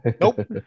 Nope